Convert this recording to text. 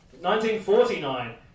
1949